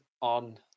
on